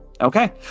Okay